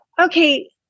okay